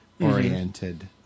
oriented